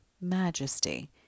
majesty